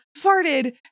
farted